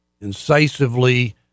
incisively